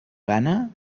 gana